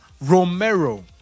Romero